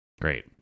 great